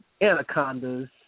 anacondas